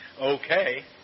okay